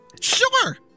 sure